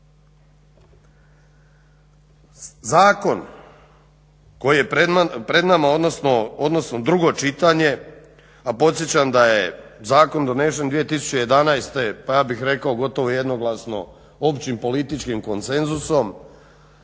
Zakon koji je pred nama odnosno drugo čitanje, a podsjećam da je zakon donesen 2011.pa ja bih rekao gotovo jednoglasno općim političkim konsenzusom,